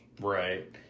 Right